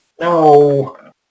No